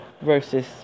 versus